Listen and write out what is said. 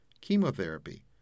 chemotherapy